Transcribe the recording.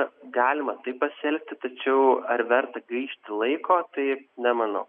kad galima taip pasielgti tačiau ar verta gaišti laiko tai nemanau